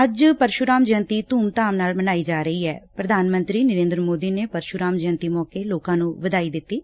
ਅੱਜ ਪਰਸੁਰਾਮ ਜੈਯੰਤੀ ਧੁਮਧਾਮ ਨਾਲ ਮਨਾਈ ਜਾ ਰਹੀ ਐ ਪ੍ਰਧਾਨ ਮੰਤਰੀ ਨਰੇਂਦਰ ਮੋਦੀ ਨੇ ਪਰਸੁਰਾਮ ਜੈਯੰਤੀ ਮੌਕੇ ਲੋਕਾਂ ਨੂੰ ਵਧਾਈ ਦਿੱਤੀ ਐ